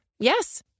Yes